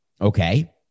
Okay